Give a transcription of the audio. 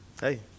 Hey